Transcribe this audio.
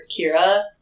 Kira